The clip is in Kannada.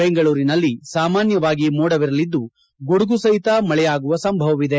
ಬೆಂಗಳೂರಿನಲ್ಲಿ ಸಾಮಾನ್ಯವಾಗಿ ಮೋಡವಿರಲಿದ್ದು ಗುಡುಗು ಸಹಿತ ಮಳೆಯಾಗುವ ಸಂಭವವಿದೆ